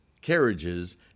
carriages